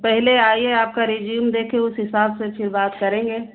पहले आइए आपका रिजूम देखेंगे उस हिसाब से फिर बात करेंगे